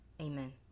Amen